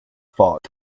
fought